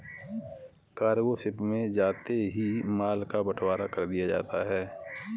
cargo ship में जाते ही माल का बंटवारा कर दिया जाता है